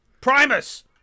Primus